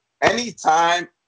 anytime